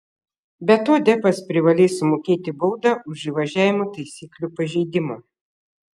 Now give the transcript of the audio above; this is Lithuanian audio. be to deppas privalės sumokėti baudą už įvažiavimo taisyklių pažeidimą